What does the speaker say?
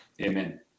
Amen